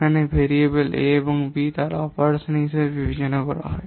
যেখানে variable a এবং b তারা অপারেশন হিসাবে বিবেচনা করা হয়